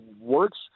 works